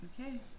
Okay